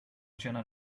jena